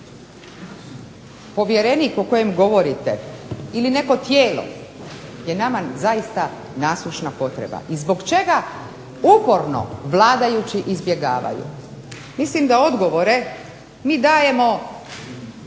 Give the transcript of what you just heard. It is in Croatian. Povjerenik o kojem govorite ili neko tijelo je nama zaista nasušna potreba i zbog čega uporno vladajući izbjegavaju. Mislim da odgovore mi dajemo